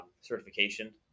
certification